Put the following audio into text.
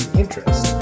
interest